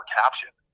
caption